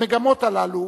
המגמות הללו